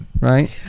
right